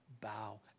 Bow